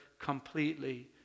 completely